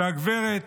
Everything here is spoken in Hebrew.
והגברת,